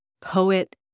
poet